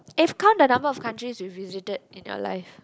if count the number of countries you visited in your life